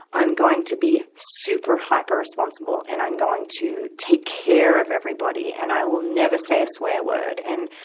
i'm going to be super hyper-responsible, and i'm going to take care of everybody, and i will never say a swear word. and,